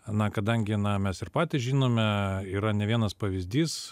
na kadangi na mes ir patys žinome yra ne vienas pavyzdys